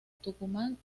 tucumán